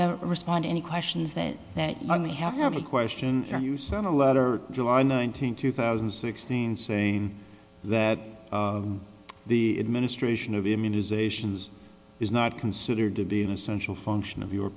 to respond any questions that that army have a question for you sent a letter july nineteenth two thousand and sixteen saying that the administration of immunizations is not considered to be an essential function of your